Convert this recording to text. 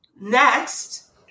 next